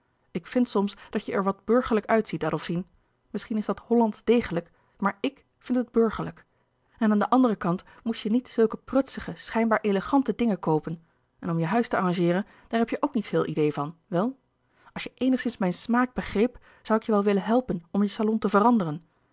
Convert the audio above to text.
ik vind soms dat je er wat burgerlijk uitziet adolfine misschien is dat hollandsch degelijk maar i k vind het burgerlijk en aan den anderen kant moest je niet zulke prutsige schijnbaar elegante dingen koopen en om je huis te arrangeeren daar heb je ook niet veel idee van wel als je eenigszins mijn smaak begreep zoû ik je wel louis couperus de boeken der kleine zielen willen helpen om je salon te veranderen